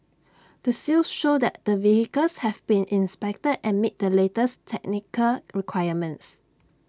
the seals show that the vehicles have been inspected and meet the latest technical requirements